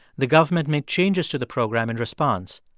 the government made changes to the program in response.